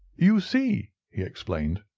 you see, he explained,